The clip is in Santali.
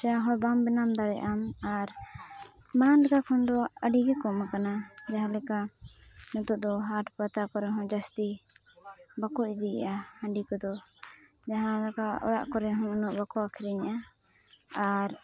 ᱪᱟᱦᱚᱸ ᱵᱟᱢ ᱵᱮᱱᱟᱣ ᱫᱟᱲᱮᱭᱟᱜᱼᱟᱢ ᱟᱨ ᱢᱟᱲᱟᱝ ᱞᱮᱠᱟ ᱠᱷᱚᱱᱫᱚ ᱟᱹᱰᱤᱜᱮ ᱠᱚᱢ ᱟᱠᱟᱱᱟ ᱡᱟᱦᱟᱸᱞᱮᱠᱟ ᱱᱤᱛᱳᱜᱫᱚ ᱦᱟᱴᱼᱯᱟᱛᱟ ᱠᱚᱨᱮᱦᱚᱸ ᱡᱟᱹᱥᱛᱤ ᱵᱟᱠᱚ ᱤᱫᱤᱭᱮᱜᱼᱟ ᱦᱟᱺᱰᱤ ᱠᱚᱫᱚ ᱡᱟᱦᱟᱸᱞᱮᱠᱟ ᱚᱲᱟᱜ ᱠᱚᱨᱮᱦᱚᱸ ᱩᱱᱟᱹᱜ ᱵᱟᱠᱚ ᱟᱹᱠᱷᱨᱤᱧᱮᱫᱼᱟ ᱟᱨ